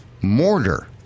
mortar